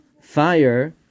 fire